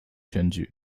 选举